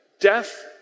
death